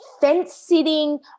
fence-sitting